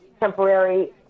temporary